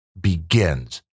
begins